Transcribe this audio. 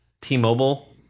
t-mobile